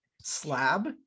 Slab